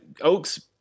Oaks